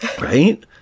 Right